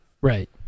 Right